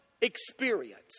experience